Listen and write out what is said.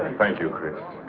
thank you chris.